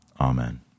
Amen